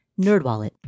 Nerdwallet